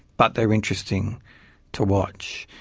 but they're interesting to watch.